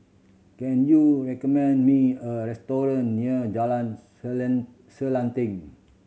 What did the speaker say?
can you recommend me a restaurant near Jalan Selanting